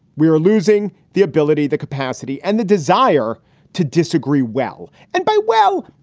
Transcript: we are losing the ability, the capacity and the desire to disagree. well, and by well,